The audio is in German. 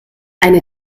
eine